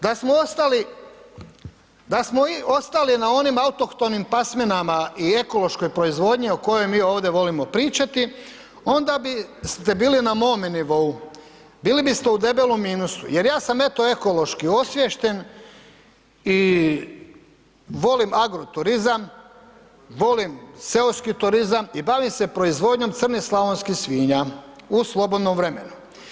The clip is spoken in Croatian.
Da smo ostali na onim autohtonim pasminama i ekološkoj proizvodnji o kojoj mi ovdje volimo pričati, onda biste bili na mome nivou, bili biste u debelom minusu, jer ja sam eto ekološki osviješten i volim agroturizam, volim seoski turizam i bavim se proizvodnjom crnih slavonskih svinja u slobodnom vremenu.